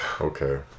Okay